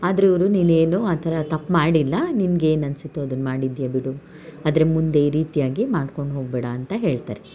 ಆದರೂ ಇವರು ನೀನೇನೂ ಆ ಥರ ತಪ್ಪು ಮಾಡಿಲ್ಲ ನಿಂಗೆ ಏನು ಅನಿಸುತ್ತೋ ಅದನ್ನು ಮಾಡಿದ್ದೀಯಾ ಬಿಡು ಆದರೆ ಮುಂದೆ ಈ ರೀತಿಯಾಗಿ ಮಾಡ್ಕೊಂಡು ಹೋಗಬೇಡ ಅಂತ ಹೇಳ್ತಾರೆ